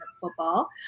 football